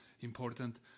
important